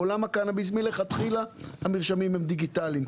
בעולם הקנביס, מלכתחילה, המרשמים הם דיגיטליים.